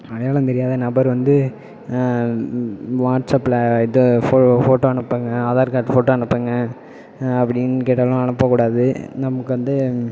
அடையாளம் தெரியாத நபர் வந்து வாட்ஸப்பில் இது ஃபோ ஃபோட்டோ அனுப்புங்கள் ஆதார் கார்டு ஃபோட்டோ அனுப்புங்கள் அப்படின்னு கேட்டாலாம் அனுப்பக் கூடாது நமக்கு வந்து